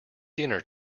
dinner